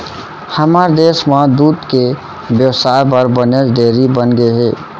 हमर देस म दूद के बेवसाय बर बनेच डेयरी बनगे हे